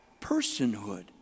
personhood